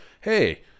hey